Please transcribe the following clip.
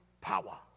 power